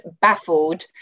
baffled